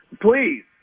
Please